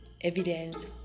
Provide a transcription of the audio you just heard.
evidence